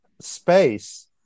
space